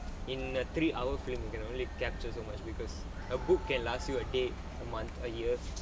in a three hour film you can only captures so much because a book can last you a day a month a year